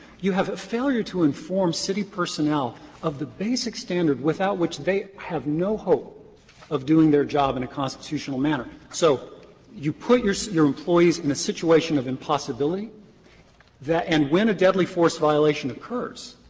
you have a failure to inform city personnel of the basic standard without which they have no hope of doing their job in a constitutional manner. so you put your so your employees in a situation of impossibility and when a deadly force violation occurs,